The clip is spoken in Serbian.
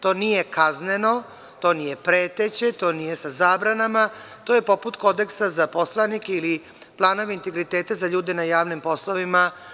To nije kazneno, to nije preteće, to nije sa zabranama, to je poput kodeksa za poslanike ili plana integriteta za ljude na javnim poslovima.